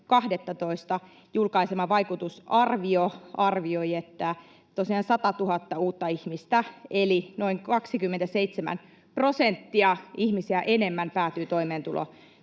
1.12. julkaisema vaikutusarvio arvioi, että tosiaan 100 000 uutta ihmistä eli noin 27 prosenttia enemmän ihmisiä päätyy toimeentulotuen